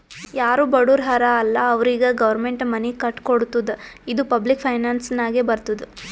ಯಾರು ಬಡುರ್ ಹರಾ ಅಲ್ಲ ಅವ್ರಿಗ ಗೌರ್ಮೆಂಟ್ ಮನಿ ಕಟ್ಕೊಡ್ತುದ್ ಇದು ಪಬ್ಲಿಕ್ ಫೈನಾನ್ಸ್ ನಾಗೆ ಬರ್ತುದ್